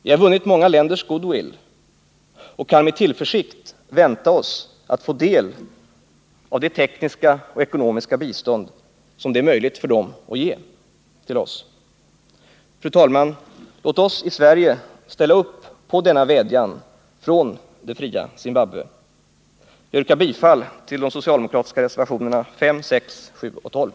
Vi har vunnit många länders goodwill och kan med tillförsikt vänta oss att få del av det tekniska och ekonomiska bistånd som det är möjligt för dem att ge oss.” Fru talman! Låt oss i Sverige ställa upp på denna vädjan från det fria Zimbabwe! Jag yrkar bifall till de socialdemokratiska reservationerna 5, 6, 7 och 12.